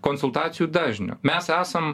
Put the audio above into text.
konsultacijų dažniu mes esam